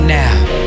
now